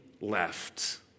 left